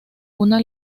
una